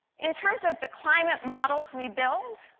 in terms of the climate models we build,